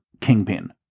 Kingpin